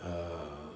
err